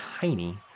tiny